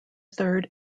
third